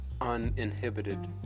uninhibited